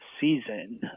season